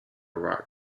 rock